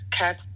cat